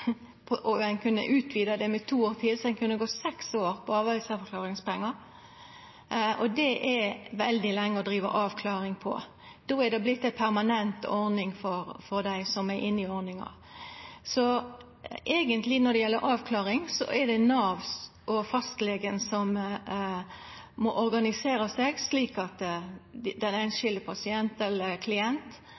og ein kunne utvida det med to år til. Så ein kunne gå seks år på arbeidsavklaringspengar. Det er veldig lenge å driva avklaring på. Då har det vorte ei permanent ordning for dei som er inne i ordninga. Når det gjeld avklaring, er det eigentleg Nav og fastlegen som må organisera seg, slik at den einskilde pasient, eller klient,